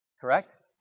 correct